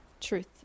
truth